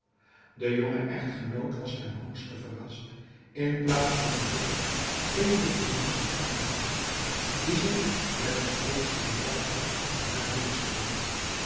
de jonge echtgenoot was ten hoogste verrast in plaats van den bogchel bedreddin hassan aan te treffen die zich met de grootste bevalligheid aan haar voorstelde